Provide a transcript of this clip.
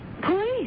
Police